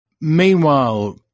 Meanwhile